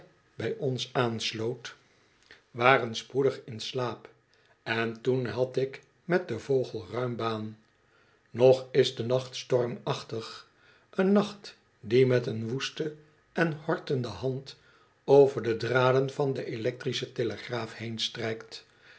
bij ons aansloot waren spoedig in slaap en toen had ik met den vogel ruim baan nog is de nacht stormachtig een nacht die met een woeste en hortende hand over de draden van de electrische telegraaf heen